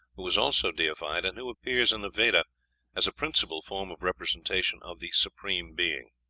who was also deified, and who appears in the veda as a principal form of representation of the supreme being.